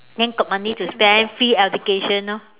then got money to spend free education orh